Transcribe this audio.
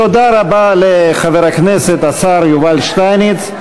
תודה רבה לחבר הכנסת והשר יובל שטייניץ.